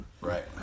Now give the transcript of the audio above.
Right